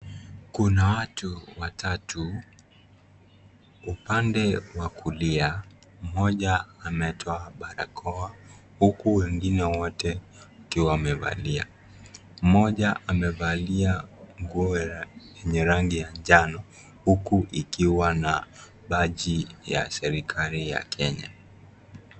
Kuna watu watatu. Upande wa kulia, mmoja ametoa balakoa huku wengine wote wakiwa wamevalia. Mmoja amevalia nguo yenye rangi ya njano, huku ikiwa na baji ya serikali ya Kenya.